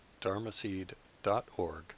dharmaseed.org